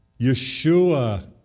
Yeshua